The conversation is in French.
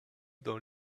dans